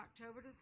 October